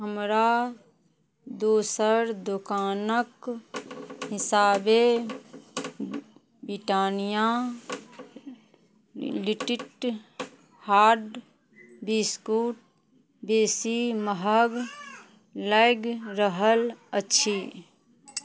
हमरा दोसर दोकानक हिसाबे ब्रिटानिया लिटिट हार्ड बिस्कुट बेसी महग लागि रहल अछि